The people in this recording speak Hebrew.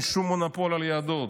אין שום מונופול על היהדות,